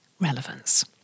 relevance